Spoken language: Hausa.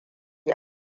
yi